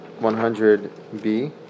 100B